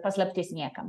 paslaptis niekam